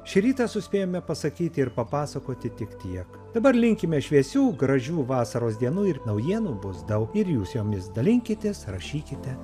šį rytą suspėjome pasakyti ir papasakoti tik tiek dabar linkime šviesių gražių vasaros dienų ir naujienų bus daug ir jūs jomis dalinkitės rašykite